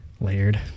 layered